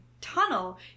tunnel